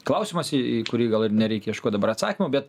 klausimas į į kurį gal ir nereikia ieškot dabar atsakymo bet